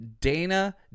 Dana